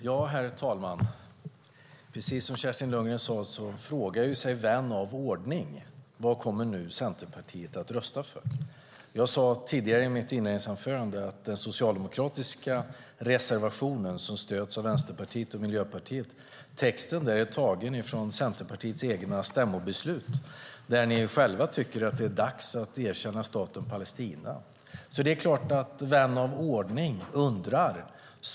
Herr talman! Precis som Kerstin Lundgren sade frågar sig nu vän av ordning vad Centerpartiet kommer att rösta för. I mitt anförande sade jag att den socialdemokratiska reservationen, som stöds av Vänsterpartiet och Miljöpartiet, har en text som är tagen ur Centerpartiets stämmobeslut, där ni själva tycker att det är dags att erkänna staten Palestina. Det är klart att vän av ordning undrar.